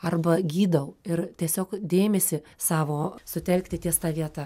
arba gydau ir tiesiog dėmesį savo sutelkti ties ta vieta